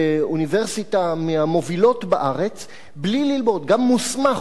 באוניברסיטה מהמובילות בארץ בלי ללמוד את הבסיס: לא עגנון,